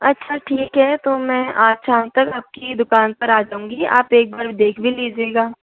अच्छा ठीक है तो मैं आज शाम तक आपकी दुकान पर आ जाऊंगी आप एक बार देख भी लीजिएगा